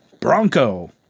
Bronco